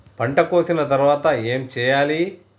పంట కోసిన తర్వాత ఏం చెయ్యాలి?